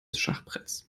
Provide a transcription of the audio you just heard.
schachbretts